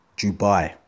Dubai